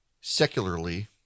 Secularly